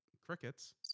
crickets